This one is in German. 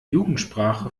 jugendsprache